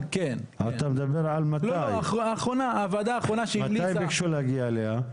מתי ביקשו להגיע אליה?